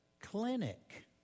clinic